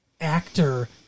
actor